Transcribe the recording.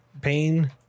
pain